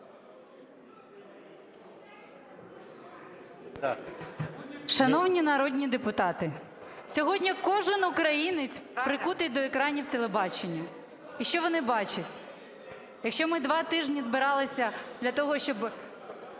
Шановні народні депутати, сьогодні кожен українець прикутий до екранів телебачення. І що вони бачать? Якщо ми два тижні збиралися для того, щоби